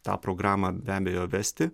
tą programą be abejo vesti